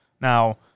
Now